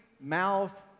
mouth